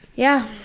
yeah.